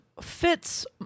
fits